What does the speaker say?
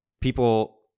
People